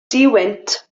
duwynt